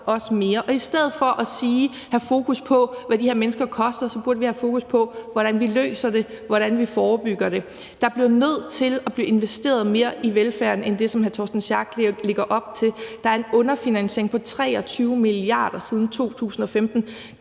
I stedet for at have fokus på, hvad de her mennesker koster, burde vi have fokus på, hvordan vi løser det, og hvordan vi forebygger det. Der bliver nødt til at blive investeret mere i velfærden end det, som hr. Torsten Schack Pedersen lægger op til. Der er en underfinansiering på 23 mia. kr. siden 2015.